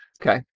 okay